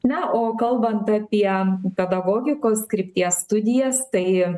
na o kalbant apie pedagogikos krypties studijas tai